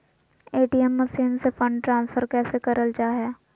ATM machine से fund transfer कैसे करल जा है?